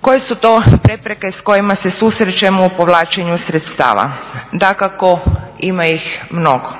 Koje su to prepreke s kojima se susrećemo u povlačenju sredstava? Dakako ima ih mnogo.